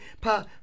pa